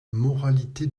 moralité